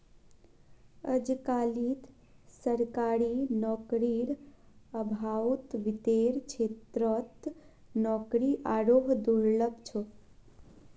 अजकालित सरकारी नौकरीर अभाउत वित्तेर क्षेत्रत नौकरी आरोह दुर्लभ छोक